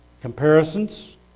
Comparisons